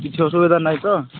କିଛି ଅସୁବିଧା ନାହିଁ ତ